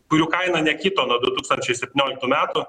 kurių kaina nekito nuo du tūkstančiai septynioliktų metų